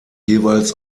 jeweils